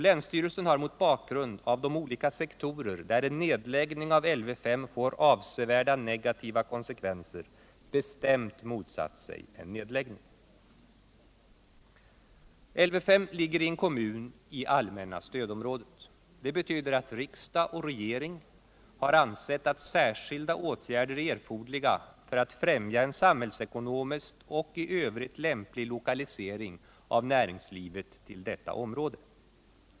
Med tanke på de olika sektorer där en nedläggning av Lv 5 får avsevärda negativa konsekvenser har länsstyrelsen bestämt motsatt sig en nedläggning. Lv 5 ligger i en kommun i allmänna stödområdet. Det betyder att riksdag och regering har ansett att särskilda åtgärder är erforderliga för att främja en samhällsekonomisk och i övrigt lämplig lokalisering av näringslivet till detta område.